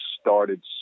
started